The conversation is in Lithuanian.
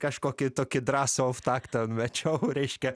kažkokį tokį drąsų olftaktą mečiau reiškia